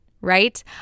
right